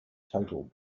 total